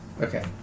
Okay